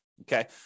okay